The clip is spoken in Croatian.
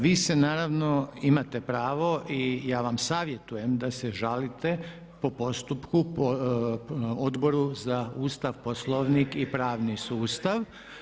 Vi se naravno imate pravo i ja vam savjetujem da se žalite po postupku Odboru za Ustav, Poslovnik i pravni sustav.